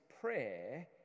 prayer